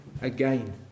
again